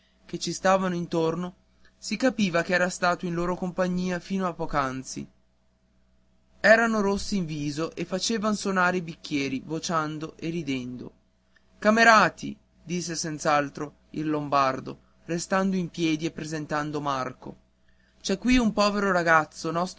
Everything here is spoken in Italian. che ci stavano intorno si capiva ch'era stato in loro compagnia fino a poco innanzi erano rossi in viso e facevan sonare bicchieri vociando e ridendo camerati disse senz'altro il lombardo restando in piedi e presentando marco c'è qui un povero ragazzo